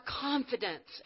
confidence